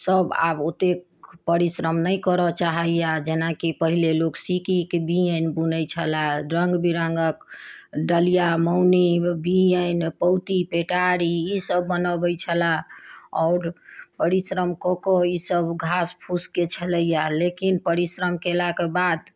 सभ आब ओतेक परिश्रम नहि करऽ चाहैया जेनाकि पहिलेके लोक सिक्कीके बिअनि बुनैत छलै रङ्ग विरङ्गक डलिआ मौनी बिअनि पौती पेटारी ई सभ बनबैत छलै आओर परिश्रम कऽ कऽ ई सभ घास फूँसके छलैया लेकिन परिश्रम कयलाके बाद